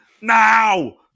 now